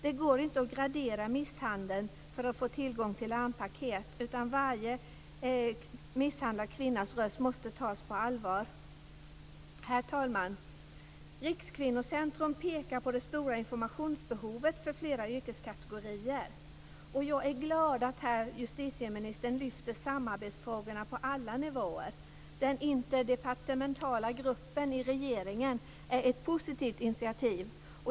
Det går inte att gradera misshandel för att få tillgång till larmpaket. Varje misshandlad kvinnas röst måste tas på allvar. Herr talman! Rikskvinnocentrum pekar på det stora informationsbehovet för flera yrkeskategorier. Jag är glad att justitieministern lyfter fram samarbetsfrågorna på alla nivåer. Den interdepartementala gruppen i regeringen är ett positivt initiativ.